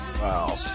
Wow